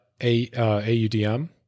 AUDM